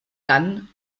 dann